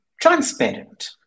transparent